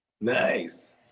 Nice